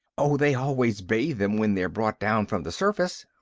oh, they always bathe them when they're brought down from the surface,